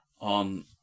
On